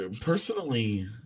Personally